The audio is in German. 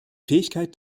fähigkeit